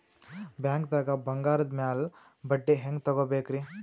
ಬ್ಯಾಂಕ್ದಾಗ ಬಂಗಾರದ್ ಮ್ಯಾಲ್ ಬಡ್ಡಿ ಹೆಂಗ್ ತಗೋಬೇಕ್ರಿ?